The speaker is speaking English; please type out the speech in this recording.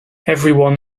everyone